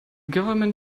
government